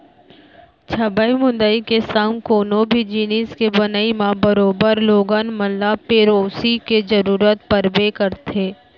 छबई मुंदई के संग कोनो भी जिनिस के बनई म बरोबर लोगन मन ल पेरोसी के जरूरत परबे करथे